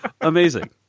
amazing